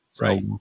Right